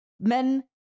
men